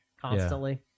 constantly